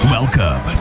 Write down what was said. Welcome